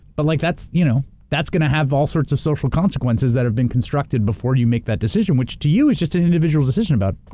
but like that's you know that's gonna have all sorts of social consequences that have been constructed before you make that decision. which to you is just an individual decision about